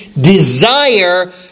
desire